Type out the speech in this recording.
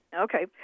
Okay